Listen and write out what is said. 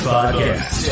Podcast